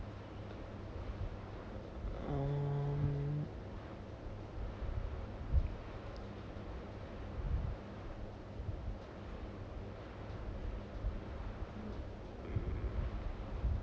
um